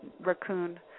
raccoon